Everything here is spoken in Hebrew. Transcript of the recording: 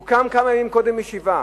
הוא קם כמה ימים קודם משבעה,